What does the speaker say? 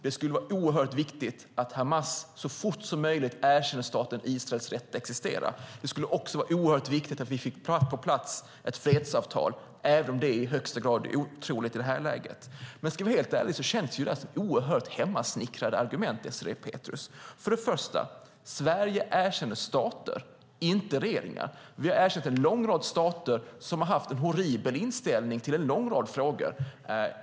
Det skulle vara oerhört viktigt att Hamas så fort som möjligt erkände staten Israels rätt att existera. Det skulle också vara oerhört viktigt att vi fick på plats ett fredsavtal, även om det är högst osannolikt i det här läget. Om jag ska vara helt ärlig känns de argumenten oerhört hemmasnickrade, Désirée Pethrus. För det första: Sverige erkänner stater, inte regeringar. Vi har erkänt en lång rad stater som haft en horribel inställning i en mängd frågor.